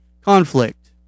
Conflict